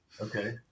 Okay